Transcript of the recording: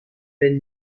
ben